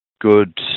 good